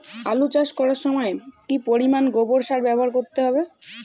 আলু চাষ করার সময় কি পরিমাণ গোবর সার ব্যবহার করতে হবে?